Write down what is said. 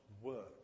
work